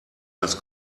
das